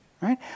Right